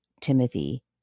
timothy